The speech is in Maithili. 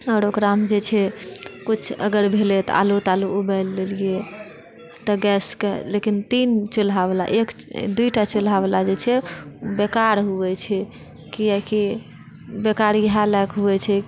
आओर ओकरामे जे छै कुछ अगर भेलय तऽ आलू तालू उबालि लेलियै तऽ गैसके लेकिन तीन चूल्हाबला एक दुइटा चुल्हाबला जे छै बेकार होयत छै किआकि बेकार इएह लकऽ होयत छै